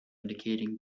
indicating